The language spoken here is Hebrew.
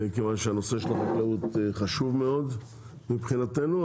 מכיוון שנושא החקלאות חשוב מאוד מבחינתנו,